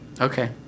Okay